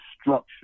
structure